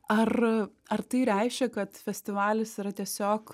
ar ar tai reiškia kad festivalis yra tiesiog